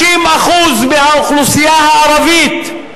50% מהאוכלוסייה הערבית,